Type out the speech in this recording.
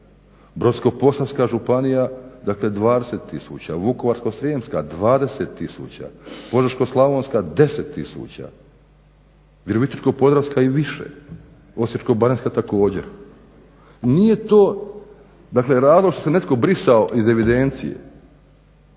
Brodsko-posavska županija dakle 20000, Vukovarsko-srijemska 20000, Požeško-slavonska 10000, Virovitičko-podravska i više, Osječko-baranjska također. Nije to dakle razlog što se netko brisao iz evidencije